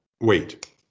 Wait